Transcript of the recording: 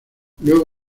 luego